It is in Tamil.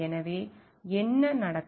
எனவே என்ன நடக்கும்